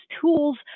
tools